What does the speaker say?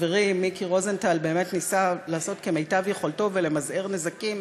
שחברי מיקי רוזנטל באמת ניסה לעשות כמיטב יכולתו ולמזער נזקים